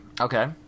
Okay